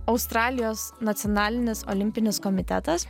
australijos nacionalinis olimpinis komitetas